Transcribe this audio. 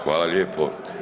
Hvala lijepo.